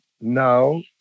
now